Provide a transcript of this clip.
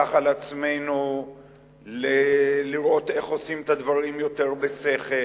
וניקח על עצמנו לראות איך עושים את הדברים יותר בשכל,